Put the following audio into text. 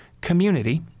Community